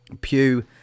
pew